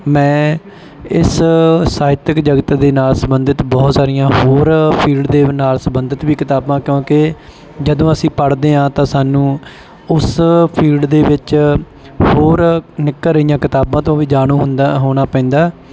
ਮੈਂ ਇਸ ਸਾਹਿਤਕ ਜਗਤ ਦੇ ਨਾਲ ਸੰਬੰਧਿਤ ਬਹੁਤ ਸਾਰੀਆਂ ਹੋਰ ਫੀਲਡ ਦੇ ਨਾਲ ਸੰਬੰਧਿਤ ਵੀ ਕਿਤਾਬਾਂ ਕਿਉਂਕਿ ਜਦੋਂ ਅਸੀਂ ਪੜ੍ਹਦੇ ਹਾਂ ਤਾਂ ਸਾਨੂੰ ਉਸ ਫੀਲਡ ਦੇ ਵਿੱਚ ਹੋਰ ਨਿਕਲ ਰਹੀਆਂ ਕਿਤਾਬਾਂ ਤੋਂ ਵੀ ਜਾਣੂ ਹੁੰਦਾ ਹੋਣਾ ਪੈਂਦਾ